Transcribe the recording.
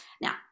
Now